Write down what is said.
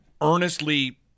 earnestly